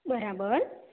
બરાબર